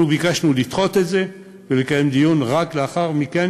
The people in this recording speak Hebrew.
אנחנו ביקשנו לדחות את זה ולקיים דיון רק לאחר מכן,